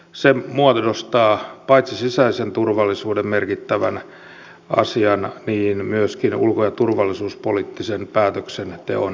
se muodostaa paitsi sisäisen turvallisuuden merkittävän asian myöskin ulko ja turvallisuuspoliittisen päätöksenteon perustan